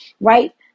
Right